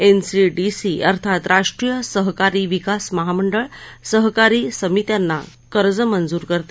NCDC अर्थात राष्ट्रीय सहकारी विकास महामंडळ सहकारी समित्यांना कर्ज मंजूर करते